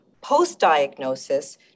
Post-diagnosis